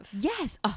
Yes